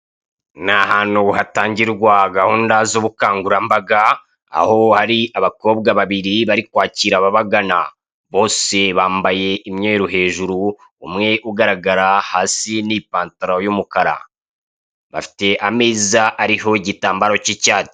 N'ahantu hatangirwa gahunda z'ubukangurambaga. Aho ari abakobwa babiri bari kwakira ababagana ,bose bambaye imyeru hejuru, umwe ugaragara hasi n'ipantaro y'umukara. Bafite ameza ariho igitambaro cy'icyatsi.